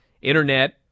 internet